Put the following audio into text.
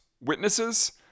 witnesses